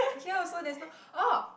here also there's no oh